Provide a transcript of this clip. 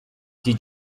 did